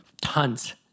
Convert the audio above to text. tons